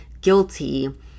guilty